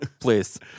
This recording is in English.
Please